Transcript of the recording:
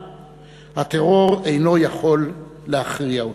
הטרור אינו יכול להכניע אותו,